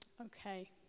Okay